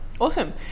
awesome